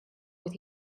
with